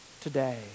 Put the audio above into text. today